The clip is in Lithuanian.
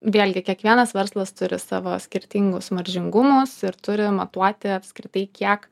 vėlgi kiekvienas verslas turi savo skirtingus maržingumas ir turi matuoti apskritai kiek